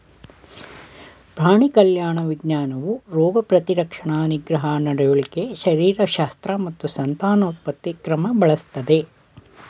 ಪ್ರಾಣಿ ಕಲ್ಯಾಣ ವಿಜ್ಞಾನವು ರೋಗ ಪ್ರತಿರಕ್ಷಣಾ ನಿಗ್ರಹ ನಡವಳಿಕೆ ಶರೀರಶಾಸ್ತ್ರ ಮತ್ತು ಸಂತಾನೋತ್ಪತ್ತಿ ಕ್ರಮ ಬಳಸ್ತದೆ